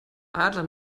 adler